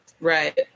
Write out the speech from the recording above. Right